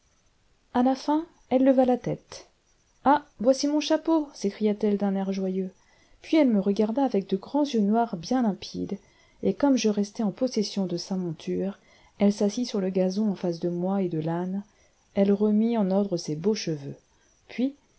à la fin elle leva la tête ah voici mon chapeau s'écria-t-elle d'un air joyeux puis elle me regarda avec de grands yeux noirs bien limpides et comme je restais en possession de sa monture elle s'assit sur le gazon en face de moi et de l'âne elle remit en ordre ses beaux cheveux puis